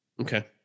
okay